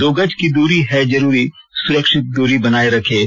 दो गज की दूरी है जरूरी सुरक्षित दूरी बनाए रखें